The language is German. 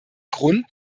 grund